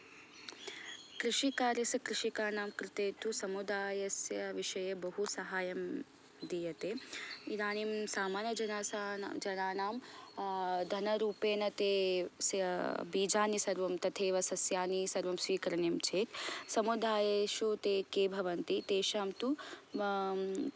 कृषिकार्यस्य कृषकाणां कृते तु समुदायस्य विषये तु बहु साहाय्यं दीयते इदानीं सामान्यजनां जनानां धनरूपेण तस्य बीजानि सर्वं तथैव सस्यानि सर्वं स्वीकरणीयं चेत् समुदायेशु ते के भवन्ति तेषां तु